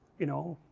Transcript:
you know,